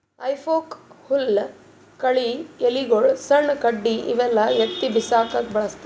ಹೆಫೋಕ್ ಹುಲ್ಲ್ ಕಳಿ ಎಲಿಗೊಳು ಸಣ್ಣ್ ಕಡ್ಡಿ ಇವೆಲ್ಲಾ ಎತ್ತಿ ಬಿಸಾಕಕ್ಕ್ ಬಳಸ್ತಾರ್